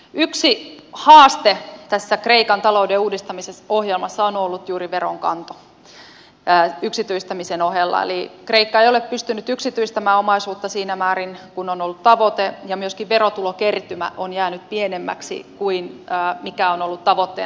yksi haaste tässä kreikan talouden uudistamisohjelmassa on ollut juuri veronkanto yksityistämisen ohella eli kreikka ei ole pystynyt yksityistämään omaisuuttaan siinä määrin kuin on ollut tavoite ja myöskin verotulokertymä on jäänyt pienemmäksi kuin mikä on ollut tavoitteena